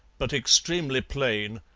but extremely plain,